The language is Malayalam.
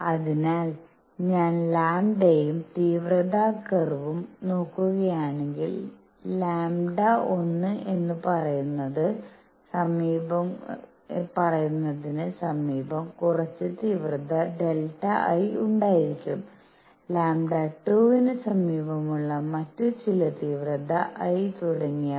അതിനാൽ ഞാൻ ലാംഡയും തീവ്രത കർവ്വും നോക്കുകയാണെങ്കിൽ λ1 എന്ന് പറയുന്നതിന് സമീപം കുറച്ച് തീവ്രത ഡെൽറ്റ I ഉണ്ടായിരിക്കും λ2 ന് സമീപമുള്ള മറ്റ് ചില തീവ്രത I തുടങ്ങിയവ